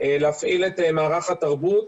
להפעיל את מערך התרבות.